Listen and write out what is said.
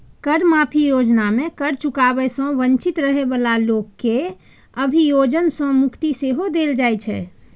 कर माफी योजना मे कर चुकाबै सं वंचित रहै बला लोक कें अभियोजन सं मुक्ति सेहो देल जाइ छै